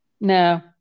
No